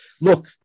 Look